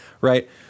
right